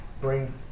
bring